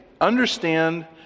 understand